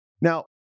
Now